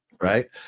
right